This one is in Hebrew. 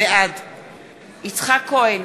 בעד יצחק כהן,